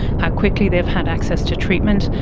how quickly they've had access to treatment,